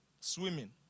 swimming